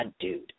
dude